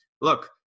Look